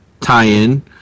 tie-in